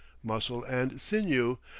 muscle and sinew,